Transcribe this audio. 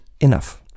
enough